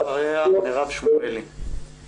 אחריה מירב שמואלי.